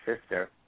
sister